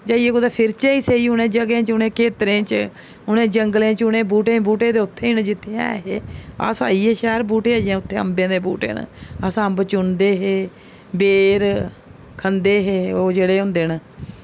उत्थै कुदै फिरचै ई सेही उ'नें जगहें च उ'नें खेत्तरें च उ'नें जंगलें च उ'नें बूह्टें बूह्टें ते उत्थें ई न जित्थै ऐ हे अस आई गे शैह्र बूह्टें अजें उत्थै उत्थै अजै अम्बें दे बूह्टें न अस अम्ब चुनदे हे बैर खंदे हे ओह् जेह्ड़े होंदे न